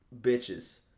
bitches